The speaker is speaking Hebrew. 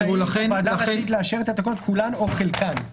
הוועדה רשאית לאשר את התקנות כולן או חלקן.